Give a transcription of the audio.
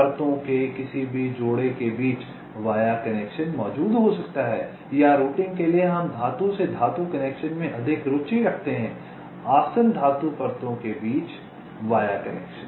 परतों के किसी भी जोड़े के बीच वाया कनेक्शन मौजूद हो सकता है या रूटिंग के लिए हम धातु से धातु कनेक्शन में अधिक रुचि रखते हैं आसन्न धातु परतों के बीच वाया कनेक्शन